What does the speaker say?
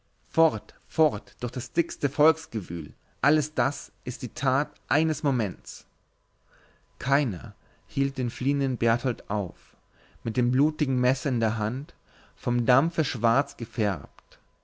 fort fort durch das dickste volksgewühl alles das ist die tat eines moments keiner hielt den fliehenden berthold auf mit dem blutigen messer in der hand vom dampfe schwarz gefärbt